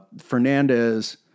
Fernandez